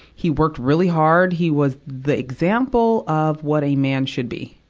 he worked really hard. he was the example of what a mad should be.